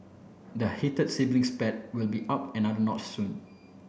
the heated sibling spat will be upped another notch soon